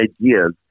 ideas